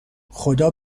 خدا